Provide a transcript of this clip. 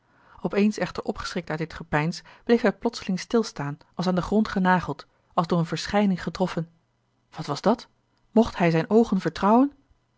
eens echter opgeschrikt uit dit gepeins bleef hij plotseling stilstaan als aan den grond genageld als door eene verschijning getroffen wat was dat mocht hij zijne oogen vertrouwen